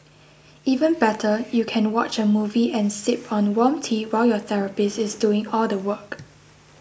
even better you can watch a movie and sip on warm tea while your therapist is doing all the work